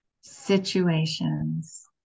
situations